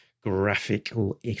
graphical